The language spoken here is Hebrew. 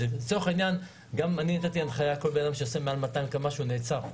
אני נתתי הנחיה שכל אדם שנוסע מעל 200 קמ"ש נעצר.